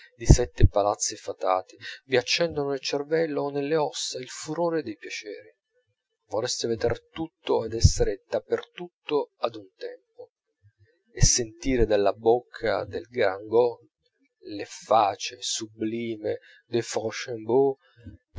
di sette palazzi fatati vi accendono nel cervello o nelle ossa il furore dei piaceri vorreste veder tutto ed esser da per tutto ad un tempo a sentire dalla bocca del grande got l'efface sublime dei fourchambault a